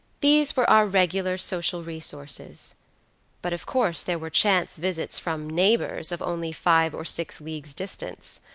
these were our regular social resources but of course there were chance visits from neighbors of only five or six leagues distance.